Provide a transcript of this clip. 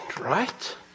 Right